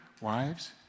Wives